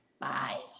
Bye